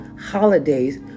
holidays